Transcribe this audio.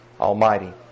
Almighty